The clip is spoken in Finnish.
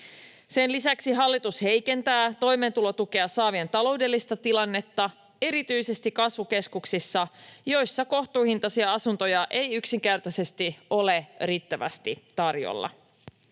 Sen lisäksi hallitus heikentää toimeentulotukea saavien taloudellista tilannetta erityisesti kasvukeskuksissa, joissa kohtuuhintaisia asuntoja ei yksinkertaisesti ole riittävästi tarjolla.